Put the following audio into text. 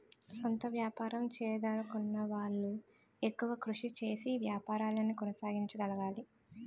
సొంత వ్యాపారం చేయదలచుకున్న వాళ్లు ఎక్కువ కృషి చేసి వ్యాపారాన్ని కొనసాగించగలగాలి